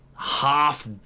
half